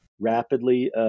rapidly